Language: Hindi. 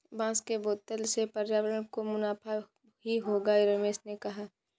बांस के बोतल से पर्यावरण को मुनाफा ही होगा रमेश ने कहा